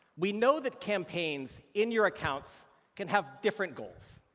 we know that campaigns in your accounts can have different goals.